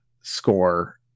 score